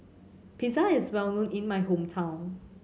pizza is well known in my hometown